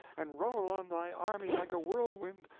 and roll on thy army like a whirlwind,